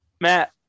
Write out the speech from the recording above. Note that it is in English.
Matt